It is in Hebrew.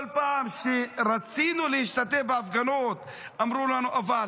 כל פעם שרצינו להשתתף בהפגנות אמרו לנו: אבל